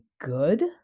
good